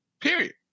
Period